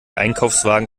einkaufswagen